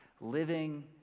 Living